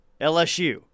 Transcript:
LSU